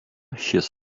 šis